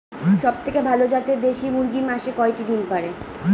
সবথেকে ভালো জাতের দেশি মুরগি মাসে কয়টি ডিম পাড়ে?